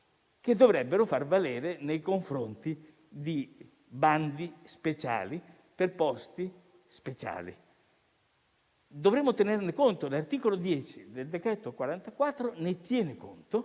che dovrebbero valere nei confronti di bandi speciali per posti speciali. Dovremmo tenerne conto e l'articolo 10 del decreto-legge n.